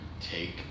take